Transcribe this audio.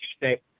Tuesday